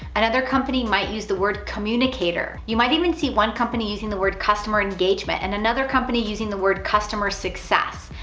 another company might use the word communicator. you might even see one company using the word customer engagement, and another company using the word customer success.